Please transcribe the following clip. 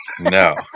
No